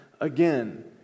again